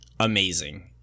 Amazing